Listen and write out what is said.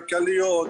כלכליות,